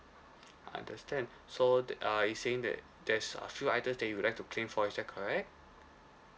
understand so that uh you saying that there's a few items that you would like to claim for is that correct